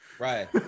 Right